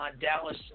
Dallas